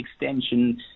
extension